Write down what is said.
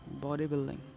bodybuilding